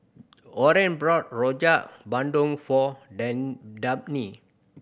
Orene bought Rojak Bandung for then Dabney